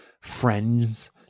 friends